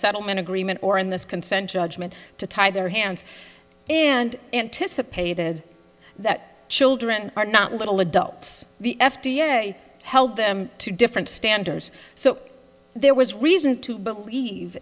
settlement agreement or in this consent judgment to tie their hands and anticipated that children are not little adults the f d a held them to different standards so there was reason to believe